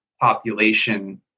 population